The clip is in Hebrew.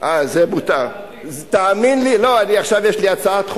מותר להגיד "אבוס עינכ" אה, זה מותר.